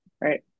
Right